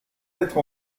mettre